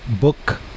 book